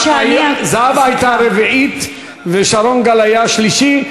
זהבה הייתה הרביעית, ושרון גל היה השלישי.